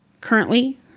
currently